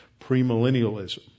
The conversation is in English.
premillennialism